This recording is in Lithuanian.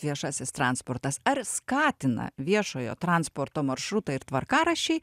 viešasis transportas ar skatina viešojo transporto maršrutai ir tvarkaraščiai